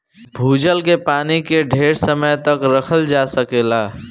भूजल के पानी के ढेर समय तक रखल जा सकेला